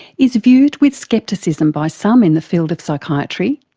is viewed with scepticism by some in the field of psychiatry,